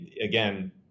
again